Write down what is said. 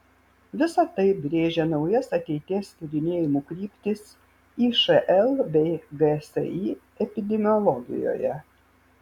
visa tai brėžia naujas ateities tyrinėjimų kryptis išl bei gsi epidemiologijoje